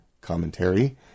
commentary